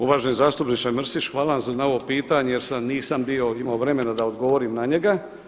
Uvaženi zastupniče Mrsić, hvala vam na ovo pitanje jer nisam bio, imao vremena da odgovorim na njega.